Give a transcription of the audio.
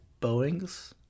boeings